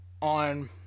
on